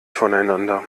voneinander